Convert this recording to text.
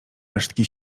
resztki